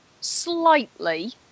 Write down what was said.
slightly